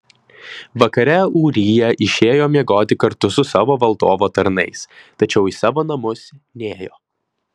vakare ūrija išėjo miegoti kartu su savo valdovo tarnais tačiau į savo namus nėjo